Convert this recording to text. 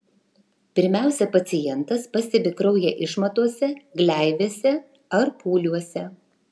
pirmiausia pacientas pastebi kraują išmatose gleivėse ar pūliuose